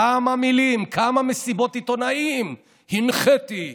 כמה מילים, כמה מסיבות עיתונאים: הנחיתי,